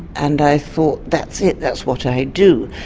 and i thought that's it, that's what i do.